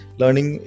learning